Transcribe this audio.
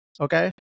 okay